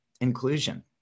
inclusion